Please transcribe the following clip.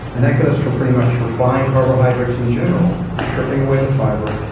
and that goes for pretty much refined carbohydrates in general. we're stripping away the fiber.